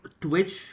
Twitch